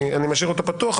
אני משאיר פתוח,